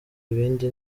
ibindi